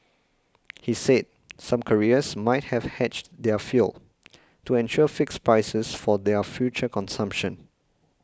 he said some carriers might have hedged their fuel to ensure fixed prices for their future consumption